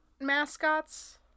mascots